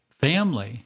family